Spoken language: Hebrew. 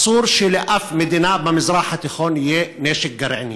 אסור שלאף מדינה במזרח התיכון יהיה נשק גרעיני.